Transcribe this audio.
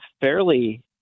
fairly